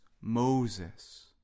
Moses